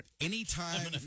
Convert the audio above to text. anytime